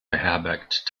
beherbergt